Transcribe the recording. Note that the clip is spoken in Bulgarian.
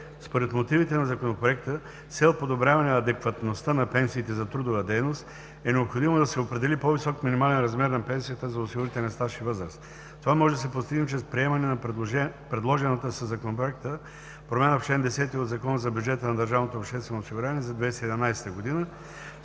Според мотивите на Законопроекта, с цел подобряване адекватността на пенсиите за трудова дейност е необходимо да се определи по-висок минимален размер на пенсията за осигурителен стаж и възраст. Това може да се постигне чрез приемане на предложената със Законопроекта промяна в чл. 10 от Закона за бюджета на Държавното обществено осигуряване за 2017 г.,